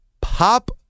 pop